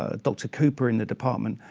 ah dr. cooper in the department,